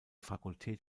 fakultät